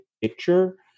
picture